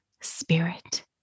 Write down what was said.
spirit